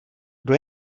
kdo